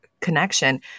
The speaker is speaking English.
connection